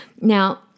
Now